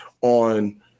on